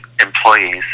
employees